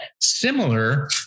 Similar